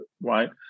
right